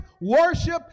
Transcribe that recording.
worship